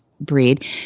breed